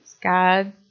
God